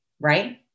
right